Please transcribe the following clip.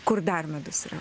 kur dar medus yra